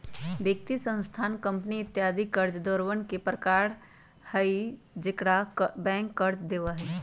व्यक्ति, संस्थान, कंपनी इत्यादि कर्जदारवन के प्रकार हई जेकरा बैंक कर्ज देवा हई